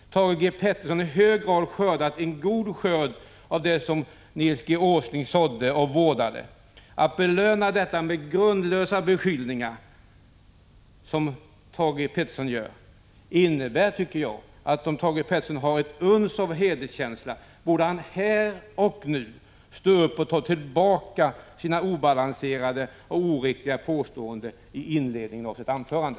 Thage Peterson har i hög grad fått en god skörd av det som Nils G. Åsling sådde och vårdade. Han belönar detta med grundlösa beskyllningar, och om Thage Peterson hade ett uns av hederskänsla borde han här och nu stå upp och ta tillbaka sina obalanserade och oriktiga påståenden i inledningen av sitt anförande.